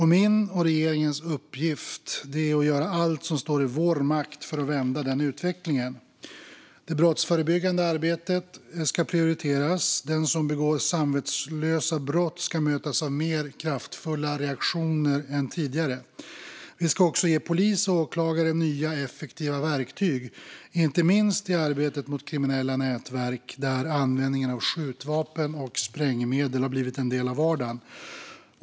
Min och regeringens uppgift är att göra allt som står i vår makt för att vända den utvecklingen. Det brottsförebyggande arbetet ska prioriteras. Den som begår samvetslösa brott ska mötas av mer kraftfulla reaktioner än tidigare. Vi ska också ge polis och åklagare nya effektiva verktyg, inte minst i arbetet mot kriminella nätverk, där användningen av skjutvapen och sprängmedel har blivit en del av vardagen.